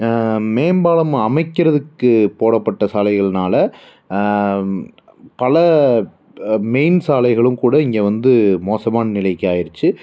மேம்பாலம் அமைக்கிறதுக்கு போடப்பட்ட சாலைகளினால் பல மெயின் சாலைகளும் கூட இங்கே வந்து மோசமான நிலைக்கு ஆயிருச்சு